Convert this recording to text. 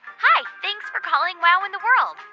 hi. thanks for calling wow in the world.